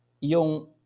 yung